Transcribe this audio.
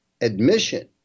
admission